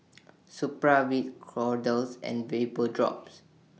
Supravit Kordel's and Vapodrops